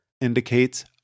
indicates